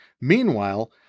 Meanwhile